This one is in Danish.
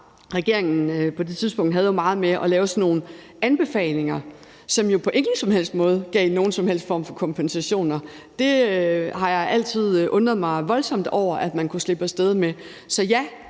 regeringen det jo meget med at lave sådan nogle anbefalinger, som på ingen som helst måde gav nogen som helst form for kompensationer. Det har jeg altid undret mig voldsomt over at man kunne slippe af sted med. Så ja,